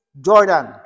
Jordan